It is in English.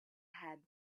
had